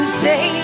say